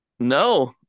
No